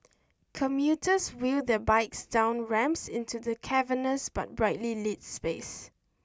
commuters wheel their bikes down ramps into the cavernous but brightly lit space